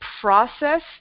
process